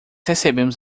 recebemos